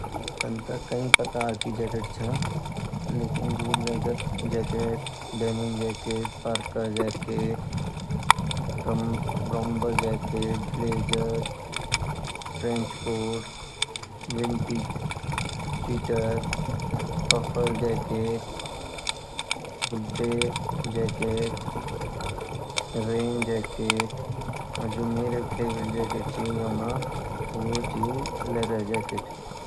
तन ता कई प्रकार की जैकेट छा लेकिन जो leather jacket ,denim jacket, parka jacket ,bomber jacket ,blazer, trench coat, windcheater ,puffer jacket, होते जैकेट, रेन जैकेट, और जो मेरु फविरोयत जैकेटची युमा वोचि लाठर जैकेट